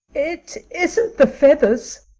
it. isn't the feathers,